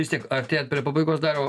vis tiek artėjant prie pabaigos dariau